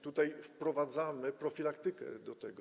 Tutaj wprowadzamy profilaktykę do tego.